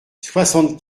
soixante